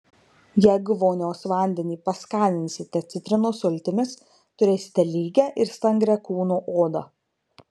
jeigu vonios vandenį paskaninsite citrinos sultimis turėsite lygią ir stangrią kūno odą